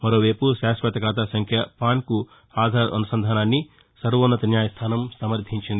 మరోవైపు శాశ్వత ఖాతా సంఖ్య పాన్ కు ఆధార్ అనుసంధానాన్నిసర్వోన్నత న్యాయస్థానం సమర్థించింది